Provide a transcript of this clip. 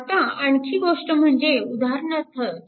आता आणखी गोष्ट म्हणजे उदाहरण 4